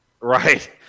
Right